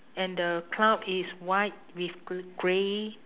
and the cloud is white with g~ grey